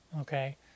okay